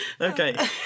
Okay